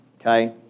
okay